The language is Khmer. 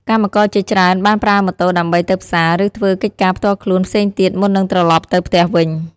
កម្មករជាច្រើនបានប្រើម៉ូតូដើម្បីទៅផ្សារ ឬធ្វើកិច្ចការផ្ទាល់ខ្លួនផ្សេងទៀតមុននឹងត្រឡប់ទៅផ្ទះវិញ។